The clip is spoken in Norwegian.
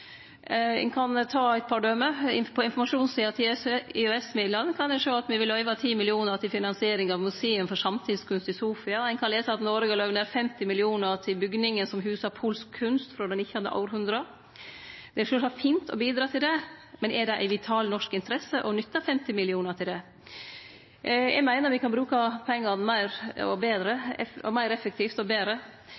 ein sjå at me vil løyve 10 mill. kr til finansiering av museum for samtidskunst i Sofia, og ein kan lese at Noreg har løyvt nær 50 mill. kr til bygningen som husar polsk kunst frå det 19. hundreåret. Det er sjølvsagt fint å bidra til det, men er det ei vital norsk interesse å nytte 50 mill. kr til det? Eg meiner me kan bruke pengane meir effektivt og betre.